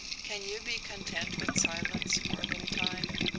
can you be content with silence for a little time?